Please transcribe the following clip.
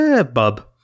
bub